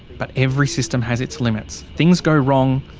but every system has its limits. things go wrong.